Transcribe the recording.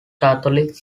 catholic